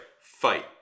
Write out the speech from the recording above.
Fight